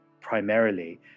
primarily